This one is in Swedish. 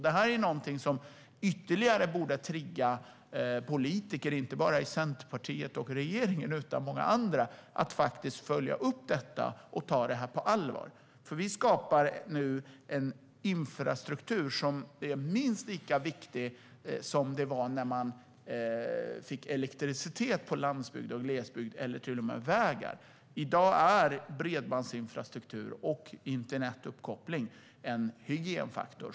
Detta är något som ytterligare borde trigga politiker, inte bara i Centerpartiet och regeringen utan många andra, att följa upp detta och ta det på allvar. Vi skapar nu en infrastruktur som är minst lika viktig som elektriciteten eller till och med vägarna var när landsbygden och glesbygden fick dem. I dag är bredbandsinfrastruktur och internetuppkoppling en hygienfaktor.